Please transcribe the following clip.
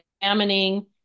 examining